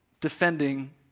defending